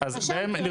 הוא ותיק.